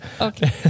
Okay